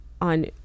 on